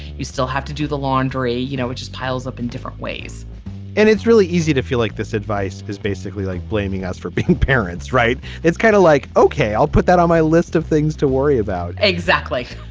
you still have to do the laundry. you know it just piles up in different ways and it's really easy to feel like this advice is basically like blaming us for being parents right. it's kind of like ok i'll put that on my list of things to worry about exactly.